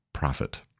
Profit